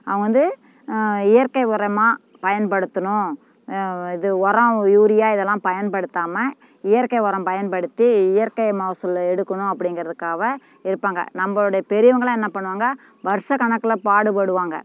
அவங்க வந்து இயற்கை உரமாக பயன்படுத்தணும் இது உரம் யூரியா இதெல்லாம் பயன்படுத்தாமல் இயற்கை உரம் பயன்படுத்தி இயற்கை மகசூல் எடுக்கணும் அப்படிங்கிறதுக்காக இருப்பாங்க நம்மளுடைய பெரியவங்கள்லாம் என்ன பண்ணுவாங்க வருடக் கணக்கில் பாடுபடுவாங்க